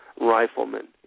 riflemen